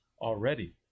already